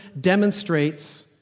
demonstrates